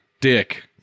Dick